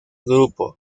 grupo